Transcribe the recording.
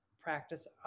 practice